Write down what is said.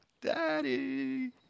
Daddy